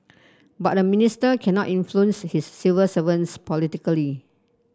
but a minister cannot influence his civil servants politically